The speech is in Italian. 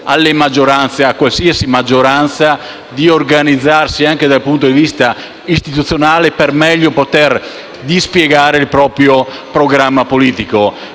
alle maggioranze, a qualsiasi maggioranza, di organizzarsi anche dal punto di vista istituzionale per poter meglio dispiegare il proprio programma politico.